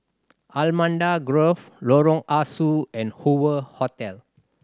Allamanda Grove Lorong Ah Soo and Hoover Hotel